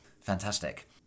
fantastic